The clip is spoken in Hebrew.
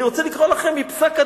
אני רוצה לקרוא לכם מפסק-הדין: